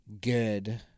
good